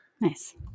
nice